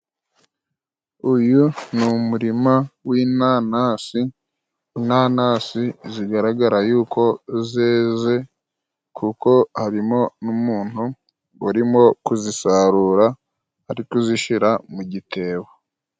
Uyu ni umurima w'inanasi ,inanasi zigaragara yuko zeze kuko harimo n'umuntu urimo kuzisarura, ari kuzishira mu gitebo.